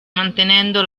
mantenendo